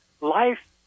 Life